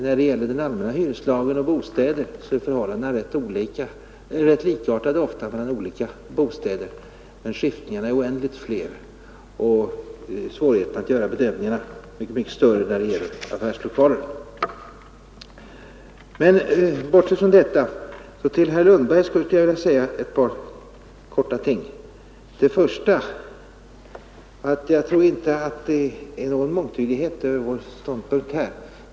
När det gäller den allmänna hyreslagen och bostäder är förhållandena ofta rätt likartade mellan olika bostäder, men skiftningarna är oändligt fler, och svårigheterna när det gäller att göra bedömningarna än större när det gäller affärslokaler. Till herr Lundberg skulle jag vilja säga några få ord. För det första tror jag inte att det ligger någon mångtydighet i vår ståndpunkt.